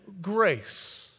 Grace